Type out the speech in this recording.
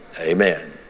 amen